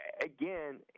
Again